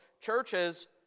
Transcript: Churches